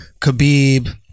Khabib